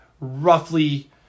roughly